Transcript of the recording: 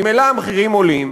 ממילא המחירים עולים,